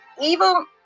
evil